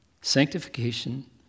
sanctification